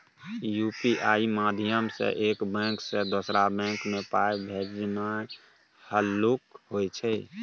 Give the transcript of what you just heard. UPI माध्यमसँ एक bank सँ दोसर बैंक मे पाइ भेजनाइ हल्लुक होइ छै